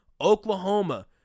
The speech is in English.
Oklahoma